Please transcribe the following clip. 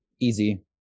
easy